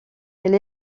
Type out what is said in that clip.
elle